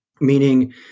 meaning